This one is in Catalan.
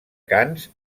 canes